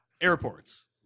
airports